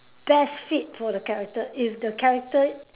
best fit for the character if the character